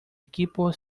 equipo